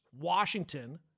Washington